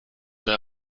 der